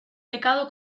pecado